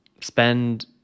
spend